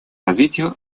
развитию